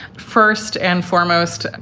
first and foremost, and